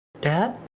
Dad